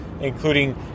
including